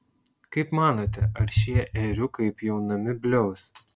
kaip manote ar šie ėriukai pjaunami bliaus